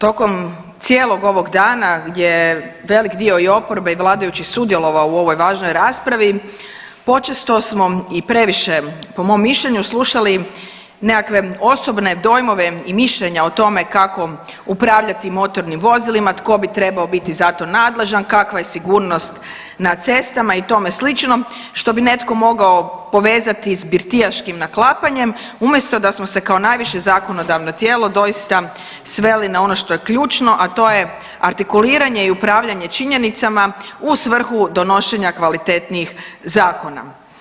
Tokom cijelog ovog dana gdje je velik dio i oporbe i vladajućih sudjelovao u ovoj važnoj raspravi počesto smo i previše po mom mišljenju slušali nekakve osobne dojmove i mišljenja o tome kako upravljati motornim vozilima, tko bi trebao biti za to nadležan, kakva je sigurnost na cestama i tome slično što bi netko mogao povezati s birtijaškim naklapanjem umjesto da smo se kao najviše zakonodavno tijelo doista sveli na ono što je ključno, a to artikuliranje i upravljanje činjenicama u svrhu donošenja kvalitetnijih zakona.